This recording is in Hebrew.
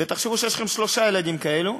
ותחשבו שיש שלושה ילדים כאלה,